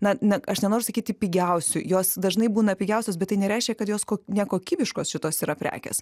na na aš nenoriu sakyti pigiausių jos dažnai būna pigiausios bet tai nereiškia kad jos nekokybiškos šitos yra prekės